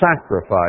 sacrifice